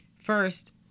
First